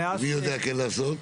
מי יודע כן לעשות?